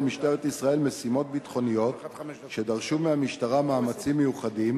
משטרת ישראל משימות ביטחוניות שדרשו מהמשטרה מאמצים מיוחדים,